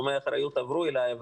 תחומי האחריות עברו אליי,